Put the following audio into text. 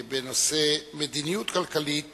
2369 בנושא: מדיניות כלכלית